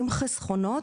עם חסכונות,